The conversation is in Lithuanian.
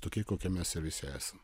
tokie kokie mes ir visi esam